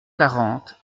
quarante